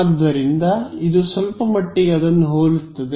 ಆದ್ದರಿಂದ ಇದು ಸ್ವಲ್ಪಮಟ್ಟಿಗೆ ಅದನ್ನು ಹೋಲುತ್ತದೆ